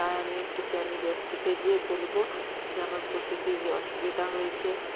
তাই আমি একটি জ্ঞানী ব্যক্তিকে যেয়ে বলব যে আমার পশুটির যে অসুবিধা হয়েছে